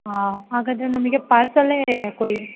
ಹಾಂ ಹಾಗಾದರೆ ನಮಗೆ ಪಾರ್ಸಲ್ಲೇ ಕೊಡಿ